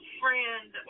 friend